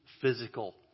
physical